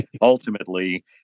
ultimately